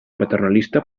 paternalista